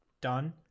done